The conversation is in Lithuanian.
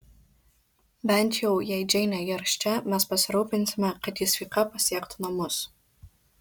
bent jau jei džeinė gers čia mes pasirūpinsime kad ji sveika pasiektų namus